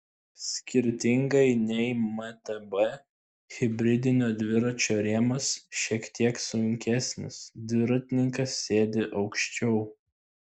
skirtingai nei mtb hibridinio dviračio rėmas šiek tiek sunkesnis dviratininkas sėdi aukščiau